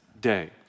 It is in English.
day